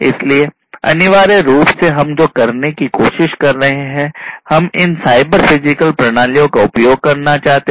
इसलिए अनिवार्य रूप से हम जो करने की कोशिश कर रहे हैं हम इन साइबर फिजिकल प्रणालियों का उपयोग करना चाहते हैं